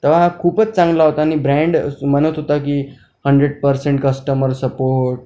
तेव्हा हा खूपच चांगला होता आणि ब्रँड म्हणत होता की हंड्रेड पर्सेंट कस्टमर सपोर्ट